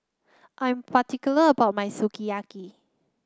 I'm particular about my Sukiyaki